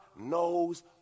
knows